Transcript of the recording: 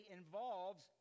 involves